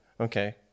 Okay